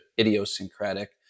idiosyncratic